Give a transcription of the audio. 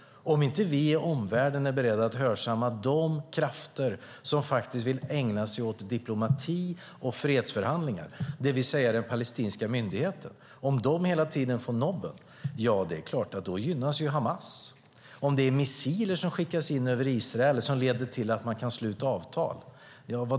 Om inte vi i omvärlden är beredda att hörsamma de krafter som vill ägna sig åt diplomati och fredsförhandlingar, det vill säga den palestinska myndigheten, och om de hela tiden får nobben gynnas Hamas. Vilken lärdom för framtiden kan man dra om det är missiler som skickas in över Israel som leder till att man kan sluta avtal?